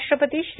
राष्ट्रपती श्री